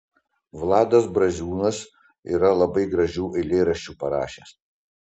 vladas braziūnas yra labai gražių eilėraščių parašęs